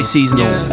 Seasonal